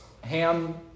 ham